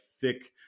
thick